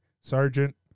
sergeant